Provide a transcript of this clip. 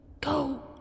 Go